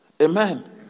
Amen